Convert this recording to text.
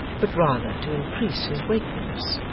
but rather to increase his wakefulness,